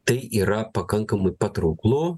tai yra pakankamai patrauklu